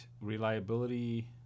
reliability